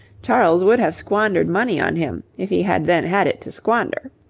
charles would have squandered money on him if he had then had it to squander.